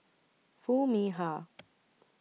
Foo Mee Har